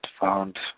found